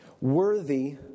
Worthy